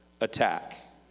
attack